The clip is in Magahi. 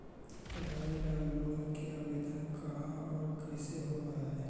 पढाई ल लोन के आवेदन कहा औ कैसे होब है?